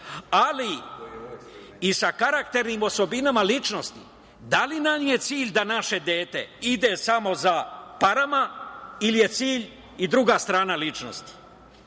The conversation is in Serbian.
ali i sa karakternim osobinama ličnosti. Da li nam je cilj da naše dete ide samo za parama ili je cilj i druga strana ličnosti.